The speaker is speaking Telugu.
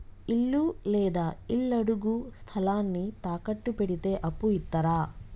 ఇల్లు లేదా ఇళ్లడుగు స్థలాన్ని తాకట్టు పెడితే అప్పు ఇత్తరా?